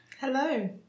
Hello